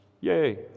yay